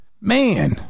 Man